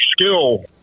skill